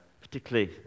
particularly